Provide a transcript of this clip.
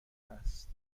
است